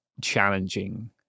challenging